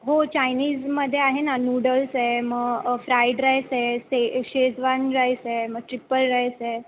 हो चायनीजमध्ये आहे ना नूडल्स आहे मग फ्राईड राईस आहे से शेजवान राईस आहे मग ट्रिपल राईस आहे